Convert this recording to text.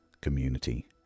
community